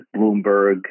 Bloomberg